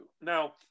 Now